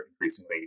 increasingly